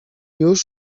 już